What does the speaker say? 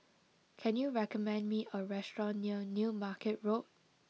can you recommend me a restaurant near New Market Road